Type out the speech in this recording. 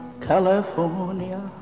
California